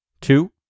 Two